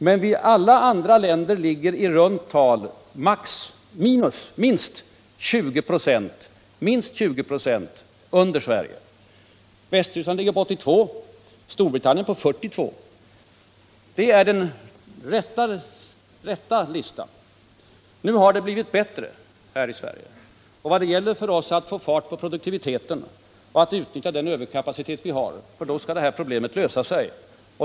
Men alla andra länder ligger minst 20 96 under Sverige. Västtyskland ligger på 82, Storbritannien på 42. Det är den rätta listan. Nu har det blivit bättre här i Sverige. Vad det nu gäller för oss är att få fart på produktiviteten och utnyttja den överkapacitet vi har. Då skall våra problem lösa sig.